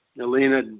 Elena